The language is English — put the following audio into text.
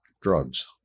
drugs